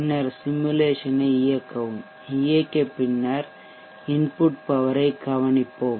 பின்னர் சிமுலேசனை இயக்கவும் இயக்கிய பின்னர் இன்புட் பவரை ஐ கவனிப்போம்